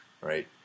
right